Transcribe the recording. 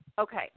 Okay